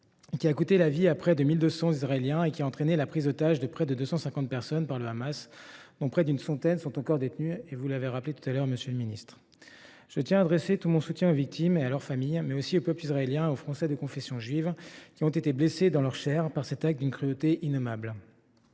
qui a coûté la vie à près de 1 200 Israéliens et a entraîné la prise d’otage de près de 250 personnes par le Hamas, dont près d’une centaine sont encore détenues, comme vous l’avez rappelé, monsieur le ministre. Je tiens à adresser tout mon soutien aux victimes de ces attaques et à leurs familles, mais aussi au peuple israélien et aux Français de confession juive, qui ont été blessés dans leur chair par cet acte d’une cruauté innommable.